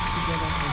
Together